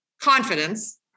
confidence